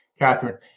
Catherine